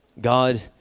God